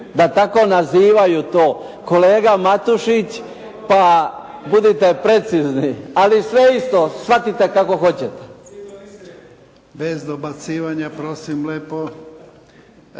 da tako nazivaju to, kolega Matušić pa budite precizni, ali sve isto. Shvatite kako hoćete. **Jarnjak, Ivan